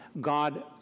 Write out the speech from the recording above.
God